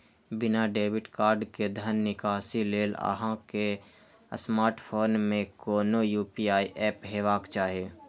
बिना debit card के धन निकासी लेल अहां के स्मार्टफोन मे कोनो यू.पी.आई एप हेबाक चाही